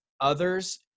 others